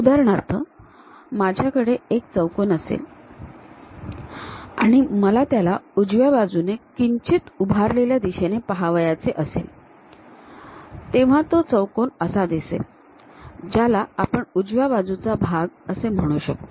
उदाहरणार्थ माझ्याकडे एक चौकोन असेल आणि मला त्याला उजव्या बाजूने किंचित उभारलेल्या दिशेने पहावयाचे असेल तेव्हा तो चौकोन असा दिसेल ज्याला आपण उजव्या बाजूचा उभा भाग असे म्हणू शकतो